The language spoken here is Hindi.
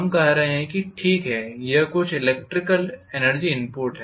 हम कह रहे हैं कि ठीक है यह कुछ इलेक्ट्रिकल एनर्जी इनपुट है